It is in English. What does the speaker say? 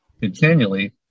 continually